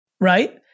right